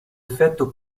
effetto